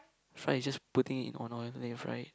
fry is just putting it in on oil then you fry it